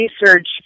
research